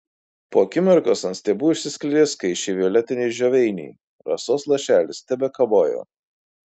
po akimirkos ant stiebų išsiskleidė skaisčiai violetiniai žioveiniai rasos lašelis tebekabojo